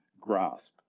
grasp